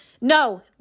No